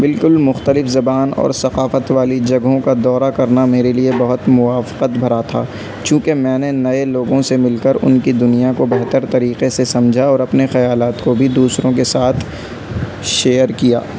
بالکل مختلف زبان اور ثقافت والی جگہوں کا دورہ کرنا میرے لیے بہت موافقت بھرا تھا چوںکہ میں نے نئے لوگوں سے مل کر ان کی دنیا کو بہتر طریقے سے سمجھا اور اپنے خیالات کو بھی دوسروں کے ساتھ شیئر کیا